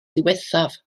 ddiwethaf